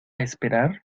esperar